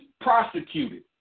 prosecuted